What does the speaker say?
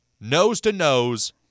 nose-to-nose